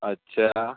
अच्छा